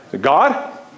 God